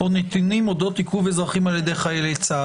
או נתונים אודות עיכוב אזרחים על ידי חיילי צה"ל.